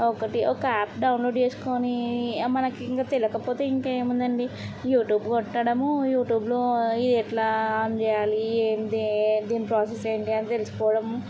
ఒకటి ఒక app download చేసుకొని మనకి ఇక తెలియకపోతే ఇంకా ఏమి ఉందండి యూట్యూబ్ కొట్టడమూ యూట్యూబ్లో ఇది ఎట్లా ఆన్ చేయాలి ఏంటీ దీని ప్రాసెస్ ఏంటి అని తెలుసుకోవడం